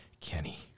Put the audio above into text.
Kenny